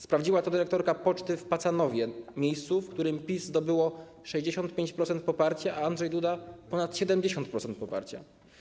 Sprawdziła to dyrektorka poczty w Pacanowie, miejscu, w którym PiS zdobyło 65% poparcia, a Andrzej Duda - ponad 70% poparcia.